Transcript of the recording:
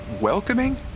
welcoming